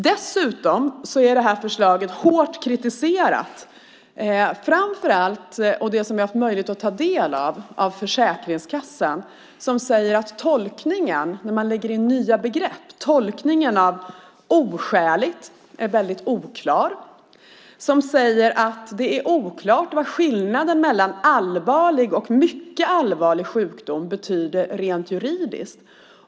Dessutom har det här förslaget blivit hårt kritiserat, framför allt av Försäkringskassan, som säger att tolkningen av nya begrepp som "oskäligt" är väldigt oklar. Det är oklart vad skillnaden mellan "allvarlig" och "mycket allvarlig" sjukdom är rent juridiskt.